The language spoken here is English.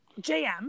jm